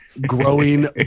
growing